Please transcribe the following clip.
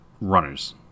runners